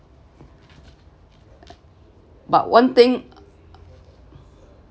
but one thing